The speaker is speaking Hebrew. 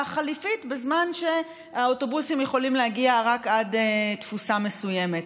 החליפית בזמן שהאוטובוסים יכולים להגיע רק עד תפוסה מסוימת?